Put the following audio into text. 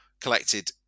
collected